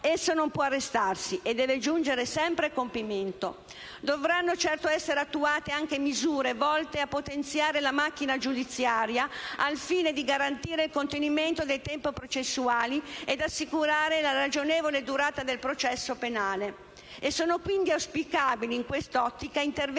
processo non può arrestarsi e deve giungere sempre a compimento. Dovranno certo essere attuate anche misure volte a potenziare la macchina giudiziaria, al fine di garantire il contenimento dei tempi processuali ed assicurare la ragionevole durata del processo penale. Sono quindi auspicabili, in quest'ottica, interventi